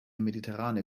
mediterrane